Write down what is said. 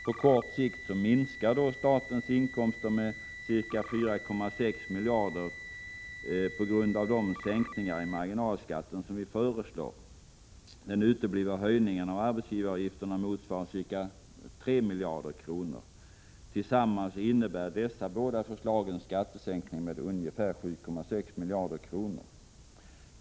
På kort sikt minskar därmed statens inkomster med ca 4,6 miljarder på grund av de sänkningar av marginalskatten som vi föreslår. Den uteblivna höjningen av arbetsgivaravgifterna motsvarar ca 3 miljarder kronor. Tillsammans innebär dessa båda förslag en skattesänkning med ungefär 7,6 miljarder kronor.